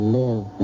live